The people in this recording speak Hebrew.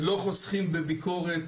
לא חוסכים בביקורת,